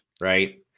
right